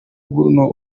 bruno